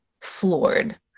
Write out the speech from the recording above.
floored